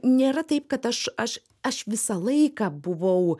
nėra taip kad aš aš aš visą laiką buvau